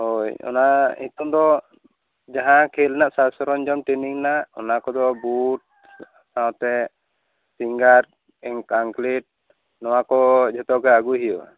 ᱦᱳᱭ ᱚᱱᱟ ᱱᱤᱛᱚᱝ ᱫᱚ ᱡᱟᱦᱟᱸ ᱠᱷᱮᱹᱞ ᱨᱮᱱᱟᱜ ᱥᱟᱡᱽ ᱥᱟᱨᱚᱧᱡᱟᱢ ᱴᱨᱮᱱᱤᱝ ᱨᱮᱱᱟᱜ ᱚᱱᱟ ᱠᱚᱫᱚ ᱵᱩᱴ ᱥᱟᱶᱛᱮ ᱥᱤᱝᱜᱟᱨᱰ ᱟᱝᱠᱞᱮᱹᱴ ᱱᱚᱶᱟ ᱠᱚ ᱡᱚᱛᱚ ᱜᱮ ᱟᱜᱩᱭ ᱦᱩᱭᱩᱜᱼᱟ